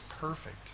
perfect